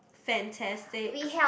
fantastic